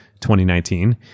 2019